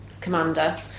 commander